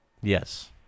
Yes